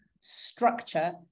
structure